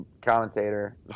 commentator